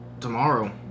tomorrow